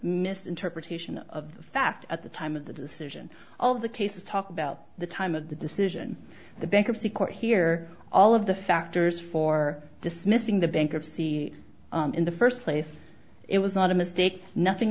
misinterpretation of the fact at the time of the decision all the cases talk about the time of the decision the bankruptcy court here all of the factors for dismissing the bankruptcy in the first place it was not a mistake nothing